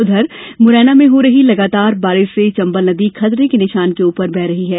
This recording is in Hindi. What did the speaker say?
उधर मुरैना में हो रही लगातार बारिश से चंबल नदी खतरे के निशान से ऊपर बह रही है